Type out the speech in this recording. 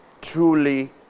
truly